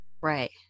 right